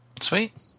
Sweet